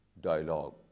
dialogue